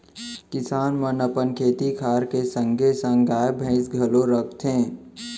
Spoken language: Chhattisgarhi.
किसान मन अपन खेती खार के संगे संग गाय, भईंस घलौ राखथें